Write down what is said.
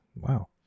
Wow